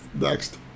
Next